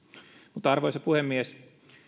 mutta arvoisa puhemies